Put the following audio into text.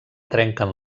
trenquen